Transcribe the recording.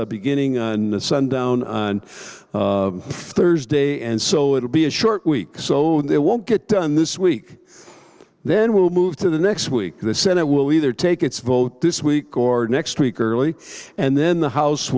holidays beginning on sundown on thursday and so it'll be a short week so they won't get done this week then will move to the next week the senate will either take its vote this week or next week or early and then the house